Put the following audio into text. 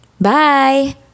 Bye